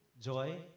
joy